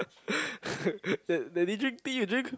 dad~ daddy drink tea you drink